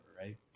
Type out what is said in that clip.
right